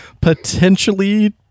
potentially